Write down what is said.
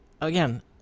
again